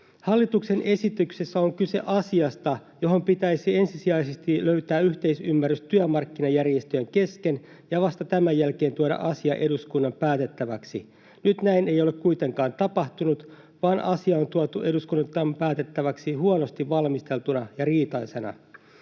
Hallituksen esityksessä on kyse asiasta, johon pitäisi ensisijaisesti löytää yhteisymmärrys työmarkkinajärjestöjen kesken ja vasta tämän jälkeen tuoda asia eduskunnan päätettäväksi. Nyt näin ei ole kuitenkaan tapahtunut, vaan asia on tuotu eduskunnan päätettäväksi huonosti valmisteltuna ja riitaisena.